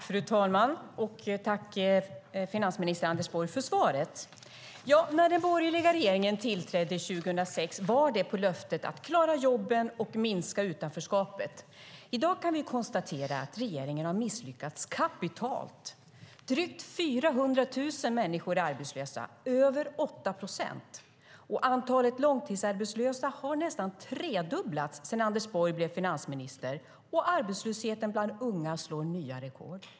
Fru talman! Jag tackar finansminister Anders Borg för svaret. När den borgerliga regeringen tillträdde 2006 var det med löftet att klara jobben och minska utanförskapet. I dag kan vi konstatera att regeringen har misslyckats kapitalt. Drygt 400 000 människor är arbetslösa - över 8 procent! Antalet långtidsarbetslösa har nästan tredubblats sedan Anders Borg blev finansminister. Arbetslösheten bland unga slår nya rekord.